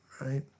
right